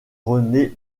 rené